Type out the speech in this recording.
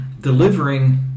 delivering